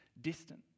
distant